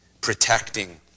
protecting